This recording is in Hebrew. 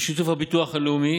בשיתוף הביטוח הלאומי,